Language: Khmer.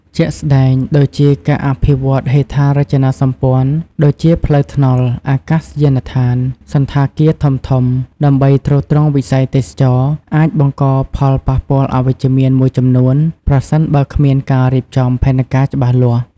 ជាក់ស្ដែងដូចជា ការអភិវឌ្ឍហេដ្ឋារចនាសម្ព័ន្ធ ដូចជាផ្លូវថ្នល់ អាកាសយានដ្ឋាន សណ្ឋាគារធំៗ ដើម្បីទ្រទ្រង់វិស័យទេសចរណ៍ អាចបង្កផលប៉ះពាល់អវិជ្ជមានមួយចំនួន ប្រសិនបើគ្មានការរៀបចំផែនការច្បាស់លាស់។